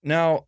Now